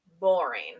boring